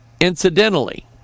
Incidentally